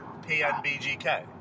PNBGK